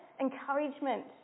encouragement